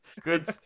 Good